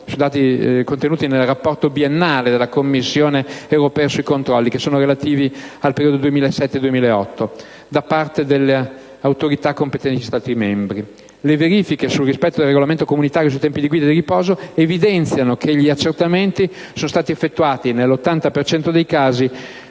i dati contenuti nel rapporto biennale della Commissione europea sui controlli relativi al periodo 2007-2008 da parte delle autorità competenti degli Stati membri. Le verifiche sul rispetto del regolamento comunitario sui tempi di guida e di riposo evidenziano che gli accertamenti sono stati effettuati, nell'80 per cento